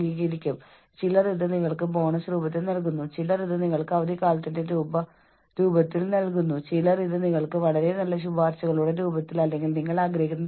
വീണ്ടും ഞാൻ നിങ്ങളോട് പറഞ്ഞതുപോലെ സമ്മർദ്ദം എന്നത് അവരുടെ ചുറ്റുപാടിൽ വെല്ലുവിളി നിറഞ്ഞതോ വിഷമകരമോ ആയ സാഹചര്യങ്ങളോടുള്ള വ്യക്തിയുടെ പ്രതികരണത്തെ സൂചിപ്പിക്കുന്നു